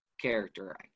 character